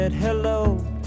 Hello